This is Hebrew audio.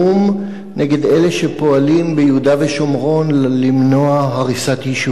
נגד אלה שפועלים ביהודה ושומרון למנוע הריסת יישובים.